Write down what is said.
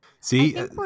see